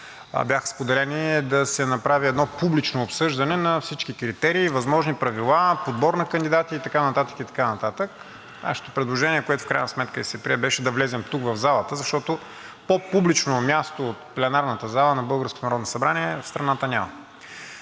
бяха споделени, е да се направи едно публично обсъждане на всички критерии, възможни правила, подбор на кандидати и така нататък, и така нататък. Нашето предложение, което в крайна сметка и се прие, беше да влезем тук в залата, защото по-публично място от пленарната зала на българското